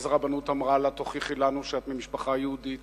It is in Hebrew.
ואז הרבנות אמרה לה: תוכיחי לנו שאת ממשפחה יהודית.